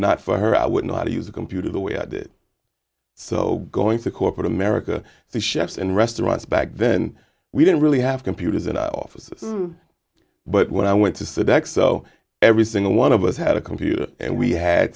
not for her i would not use a computer the way i did so going to corporate america the shops and restaurants back then we didn't really have computers and i offices but when i went to sit back so every single one of us had a computer and we had